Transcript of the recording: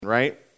right